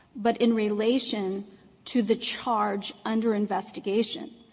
but in relation to the charge under investigation.